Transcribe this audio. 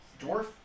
dwarf